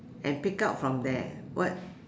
and take up from there what